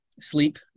Sleep